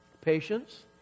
Patience